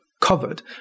covered